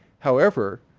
however,